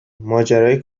ماجرای